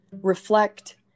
reflect